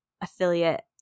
affiliate